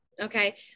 Okay